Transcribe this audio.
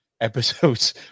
episodes